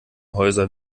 häuser